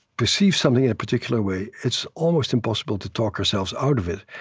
perceives something in a particular way, it's almost impossible to talk ourselves out of it,